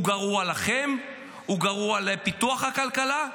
הוא גרוע לכם, הוא גרוע לפיתוח הכלכלה,